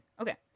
Okay